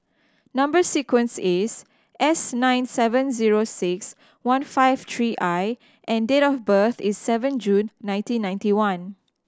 number sequence is S nine seven zero six one five three I and date of birth is seven June nineteen ninety one